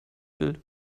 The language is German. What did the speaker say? bild